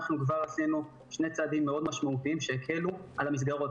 כבר עשינו שני צעדים מאוד משמעותיים שהקלו על המסגרות,